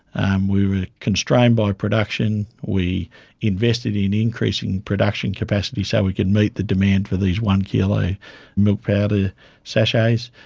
um we were constrained by production, we invested in increasing production capacity so we could meet the demand for these one-kilo milk powder sachets.